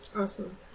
Awesome